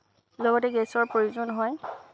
লগতে গেছৰ প্ৰয়োজন হয়